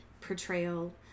portrayal